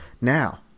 Now